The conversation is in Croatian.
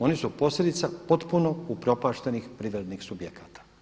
Oni su posljedica potpuno upropaštenih privrednih subjekata.